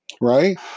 right